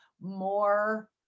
more